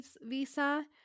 visa